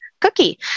cookie